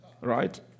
Right